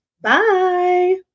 Bye